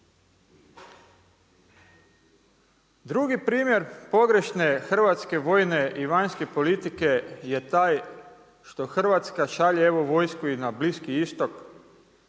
Drugi primjer pogrešne hrvatske vojne i vanjske politike je taj što Hrvatska šalje evo vojsku i na Bliski Istok.